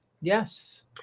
Yes